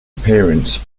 appearance